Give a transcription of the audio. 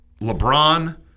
LeBron